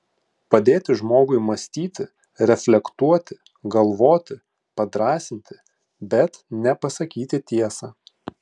padėti žmogui mąstyti reflektuoti galvoti padrąsinti bet ne pasakyti tiesą